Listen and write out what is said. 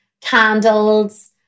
candles